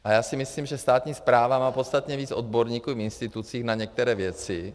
A já si myslím, že státní správa má podstatně víc odborníků v institucích na některé věci.